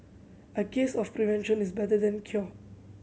a case of prevention is better than cure